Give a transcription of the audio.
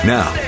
Now